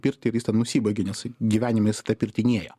pirtį ir jis ten nusibaigia nes gyvenime jis į tą pirtį nėjo